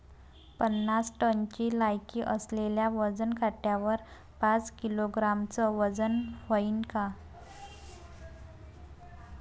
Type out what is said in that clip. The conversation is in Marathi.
पन्नास टनची लायकी असलेल्या वजन काट्यावर पाच किलोग्रॅमचं वजन व्हईन का?